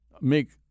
make